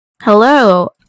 Hello